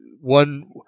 one